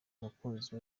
umukunzi